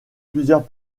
plusieurs